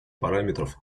параметров